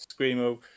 screamo